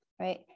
Right